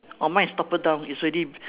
oh mine is toppled down it's already